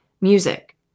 music